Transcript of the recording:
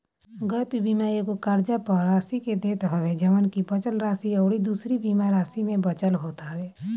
gap बीमा एगो कर्जा पअ राशि के देत हवे जवन की बचल राशि अउरी दूसरी बीमा राशि में बचल होत हवे